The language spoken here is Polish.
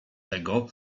tego